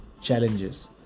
challenges